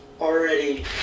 already